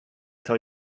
tell